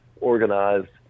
organized